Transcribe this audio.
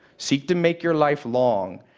seek to make your life long,